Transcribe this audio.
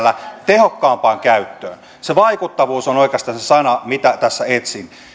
tehokkaampaan käyttöön se vaikuttavuus on oikeastaan se sana mitä tässä etsin